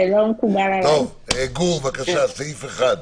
שזה חוק-יסוד: חופש העיסוק.